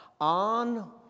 on